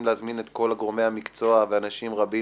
להזמין את כל גורמי המקצוע ואנשים רבים